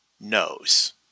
knows